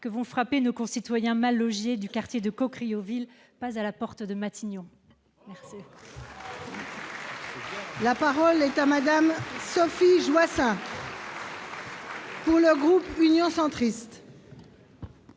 que vont frapper nos concitoyens mal logés du quartier de Caucriauville, pas à la porte de Matignon ! La parole est à Mme Sophie Joissains, pour le groupe Union Centriste.